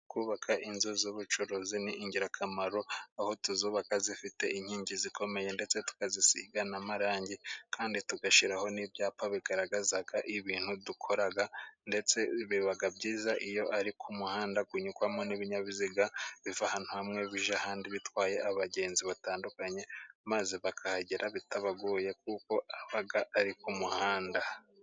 Kubaka inzu z'ubucuruzi ni ingirakamaro aho tuzubaka zifite inkingi zikomeye, ndetse tukazisiga n'amarangi kandi tugashyiraho n'ibyapa bigaragaza ibintu dukora, ndetse biba byiza iyo ari ku muhanda unyurwamo n'ibinyabiziga biva ahantu hamwe bijya ahandi bitwaye abagenzi batandukanye, maze bakahagera bitabagoye kuko haba ari ku muhanda.